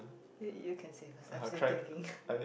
uh you can say first I'm still thinking